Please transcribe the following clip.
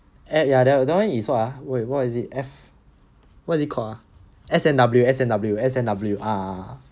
err ya that [one] is what ah wait what is it F what do you call S and W S and W S and W uh